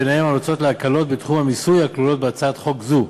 ובהן המלצות להקלות בתחום המיסוי הכלולות בהצעת חוק זו.